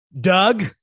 Doug